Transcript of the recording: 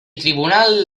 tribunal